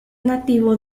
nativo